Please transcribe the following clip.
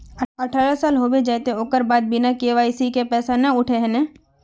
अठारह साल होबे जयते ओकर बाद बिना के.वाई.सी के पैसा न उठे है नय?